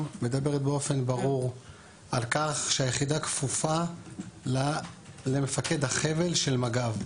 מדברת באופן ברור על כך שהיחידה כפופה למפקד החבל של מג"ב.